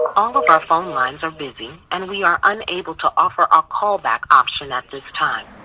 all our phone lines are busy, and we are unable to offer our callback option at this time.